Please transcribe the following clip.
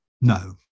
No